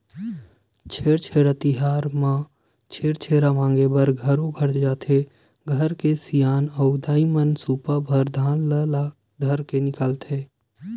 छेरछेरा तिहार म छेरछेरा मांगे बर घरो घर जाथे त घर के सियान अऊ दाईमन सुपा भर धान ल धरके निकलथे